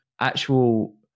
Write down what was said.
actual